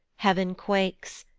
heav'n quakes,